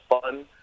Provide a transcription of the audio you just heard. fun